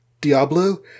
Diablo